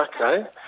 Okay